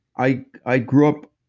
i i grew up